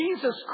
Jesus